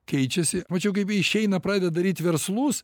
keičiasi mačiau kaip jie išeina pradeda daryt verslus